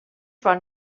van